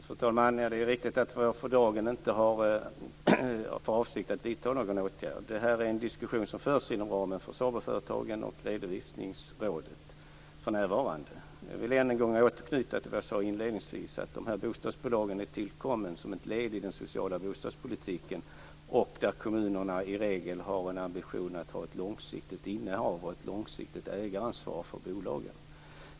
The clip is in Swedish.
Fru talman! Det är riktigt att jag för dagen inte har för avsikt att vidta någon åtgärd. Detta är en diskussion som för närvarande förs inom ramen för SABO Jag vill än en gång återknyta till det som jag sade inledningsvis, att de kommunala bostadsbolagen är tillkomna som ett led i den sociala bostadspolitiken. I regel har kommunerna en ambition att ha ett långsiktigt innehav och ett långsiktigt ägaransvar för bolagen.